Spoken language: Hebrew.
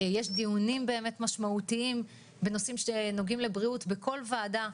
יש דיונים משמעותיים בנושאים שנוגעים לבריאות בכל ועדה.